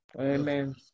Amen